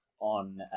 on